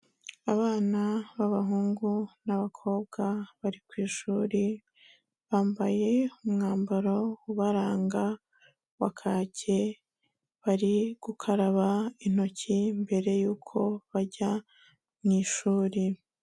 Abana b'abahungu n'abakobwa bari ku ishuri bambaye umwambaro ubaranga wa kake, bari gukaraba intoki mbere y'uko bajya mu ishuri.